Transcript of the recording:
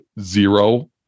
zero